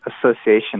association